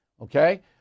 Okay